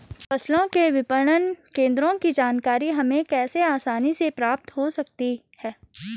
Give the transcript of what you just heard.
फसलों के विपणन केंद्रों की जानकारी हमें कैसे आसानी से प्राप्त हो सकती?